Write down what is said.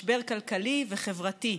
משבר כלכלי וחברתי,